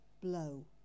blow